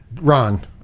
Ron